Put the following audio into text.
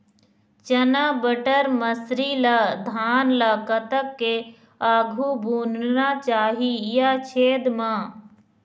चना बटर मसरी ला धान ला कतक के आघु बुनना चाही या छेद मां?